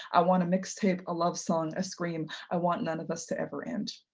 i want a mixtape, a love song, a scream, i want none of us to ever end.